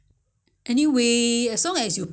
it will be taste like nasi lemak